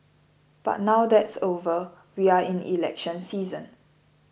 but now that's over we are in election season